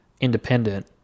independent